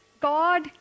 God